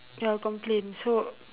ya complain so